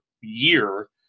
year